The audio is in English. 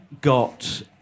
got